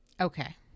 okay